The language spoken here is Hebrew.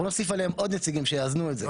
בוא נוסיף עליהם עוד נציגים שיאזנו את זה,